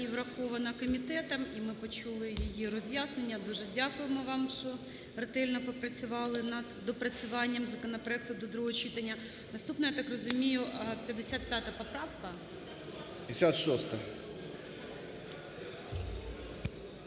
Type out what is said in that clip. і врахована комітетом, і ми почули її роз'яснення, дуже дякуємо вам, що дуже ретельно попрацювали над доопрацюванням законопроекту до другого читання. Наступна, я так розумію, 55 поправка?